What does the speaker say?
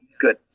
good